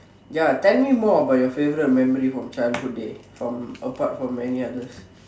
ya tell me more about your favourite memory from childhood day from apart from many others